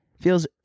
Feels